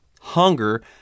hunger